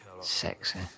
sexy